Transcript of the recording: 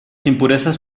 impurezas